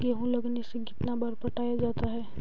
गेहूं लगने से कितना बार पटाया जाता है?